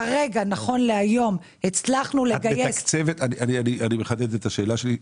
נכון להיום הצלחנו לגייס --- אני מחדד את השאלה שלי,